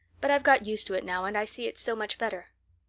but i've got used to it now and i see it's so much better.